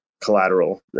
collateral